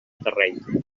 terreny